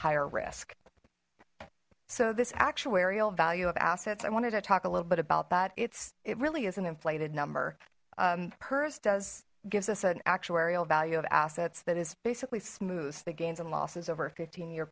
higher risk so this actuarial value of assets i wanted to talk a little bit about that it's it really is an inflated number pers does gives us an actuarial value of assets that is basically smooth the gains and losses over a fifteen year